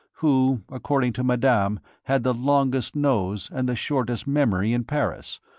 who, according to madame, had the longest nose and the shortest memory in paris,